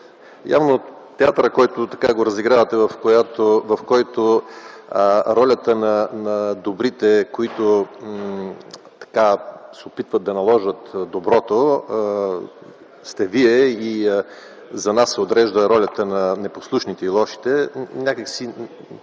явно театърът, който разигравате, в който в ролята на добрите, които се опитват да наложат доброто, сте вие и за нас се отрежда ролята на непослушните и лошите, просто